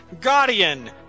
Guardian